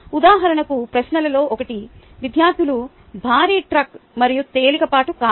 ఉదాహరణకు ప్రశ్నలలో ఒకటి విద్యార్థులు భారీ ట్రక్ మరియు తేలికపాటి కారు